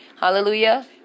Hallelujah